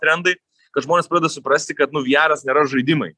trendai kad žmonės pradeda suprasti kad nu viaras nėra žaidimai